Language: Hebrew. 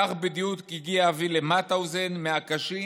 כך בדיוק הגיע אבי למאוטהאוזן, מהקשים,